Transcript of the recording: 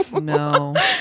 No